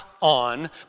on